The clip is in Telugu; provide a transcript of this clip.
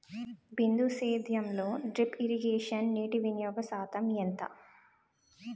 బిందు సేద్యంలో డ్రిప్ ఇరగేషన్ నీటివినియోగ శాతం ఎంత?